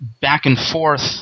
back-and-forth